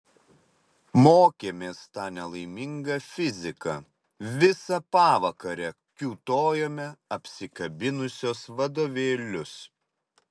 mokėmės tą nelaimingą fiziką visą pavakarę kiūtojome apsikabinusios vadovėlius